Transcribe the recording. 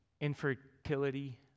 Infertility